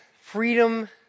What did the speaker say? freedom